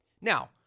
Now